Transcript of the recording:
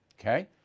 Okay